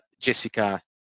Jessica